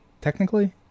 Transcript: technically